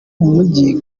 mugiye